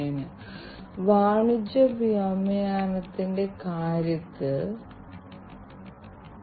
അതിനാൽ വൈദഗ്ധ്യമുള്ള മനുഷ്യശക്തിയുടെ അഭാവം കാരണം സാധ്യമായ വിവിധ പ്രശ്നങ്ങൾ ഉണ്ട്